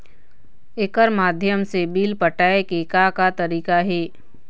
एकर माध्यम से बिल पटाए के का का तरीका हे?